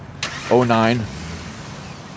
09